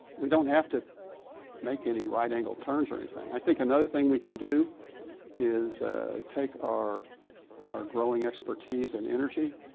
we don't have to make any right angle turns or anything. i think another thing we can do is take our our growing expertise and energy,